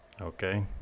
Okay